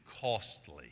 costly